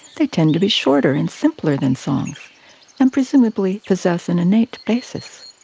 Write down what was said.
they tend to be shorter and simpler than songs and presumably possess an innate basis.